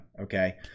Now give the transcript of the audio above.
okay